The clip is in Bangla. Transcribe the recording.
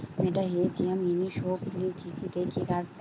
মেটাহিজিয়াম এনিসোপ্লি কৃষিতে কি কাজে দেয়?